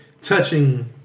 touching